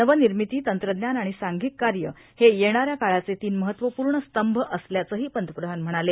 नवनिर्मिती तंत्रज्ञान आणि सांघिक कार्य हे येणाऱ्या काळाचे तीन महत्वपूर्ण स्तंभ असल्याचंही पंतप्रधान म्हणाले